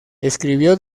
escribió